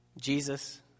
Jesus